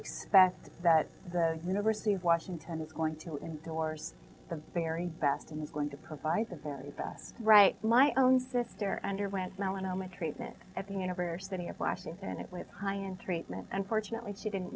expect that the university of washington is going to endorse the very best and i'm going to provide the very best right my own sister underwent melanoma treatment at the university of washington and it was high and treatment unfortunately she didn't